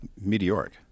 Meteoric